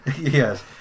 Yes